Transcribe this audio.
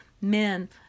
men